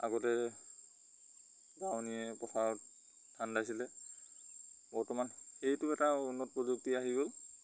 আগতে দাৱনীয়ে পথাৰত ধান দাইছিলে বৰ্তমান সেইটো এটা উন্নত প্ৰযুক্তি আহি গ'ল